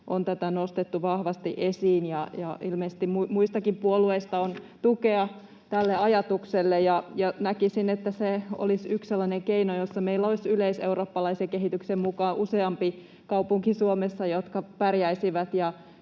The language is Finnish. on tätä nostettu vahvasti esiin, ja ilmeisesti muistakin puolueista on tukea tälle ajatukselle. Näkisin, että se olisi yksi sellainen keino, jossa meillä olisi yleiseurooppalaisen kehityksen mukaan useampi kaupunki Suomessa, jotka pärjäisivät